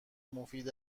مفید